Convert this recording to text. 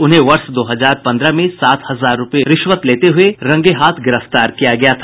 उन्हें वर्ष दो हजार पन्द्रह में सात हजार रूपया रिश्वत लेते हुये गिरफ्तार किया गया था